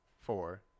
four